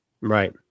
Right